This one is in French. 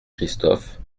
christophe